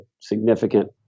significant